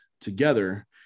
together